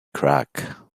crack